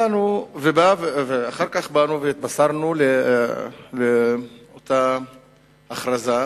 ואחר כך באנו והתבשרנו על אותה הכרזה,